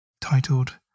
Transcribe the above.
titled